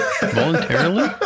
Voluntarily